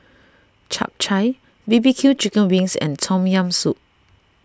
Chap Chai B B Q Chicken Wings and Tom Yam Soup